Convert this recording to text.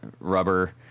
rubber